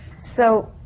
so